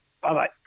Bye-bye